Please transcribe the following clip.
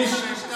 סתם.